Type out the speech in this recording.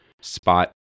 spot